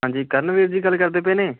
ਹਾਂਜੀ ਕਰਨਵੀਰ ਜੀ ਗੱਲ ਕਰਦੇ ਪਏ ਨੇ